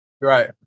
Right